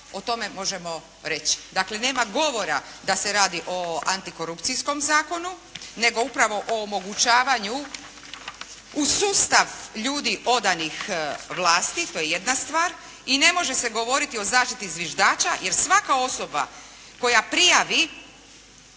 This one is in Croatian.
o tome možemo reći. Dakle nema govora da se radi o antikorupcijskom zakonu nego upravo o omogućavanju u sustav ljudi odanih vlasti to je jedna stvar i ne može se govoriti o zaštiti zviždača jer svaka osoba koja prijavi